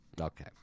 Okay